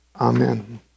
Amen